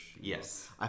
yes